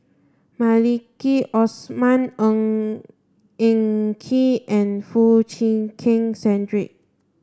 Maliki Osman Ng Eng Kee and Foo Chee Keng Cedric